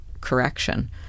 correction